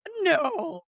No